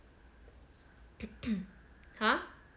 !huh!